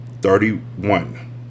Thirty-one